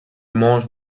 manges